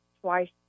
twice